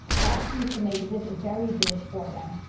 i actually used to make this very dish for them.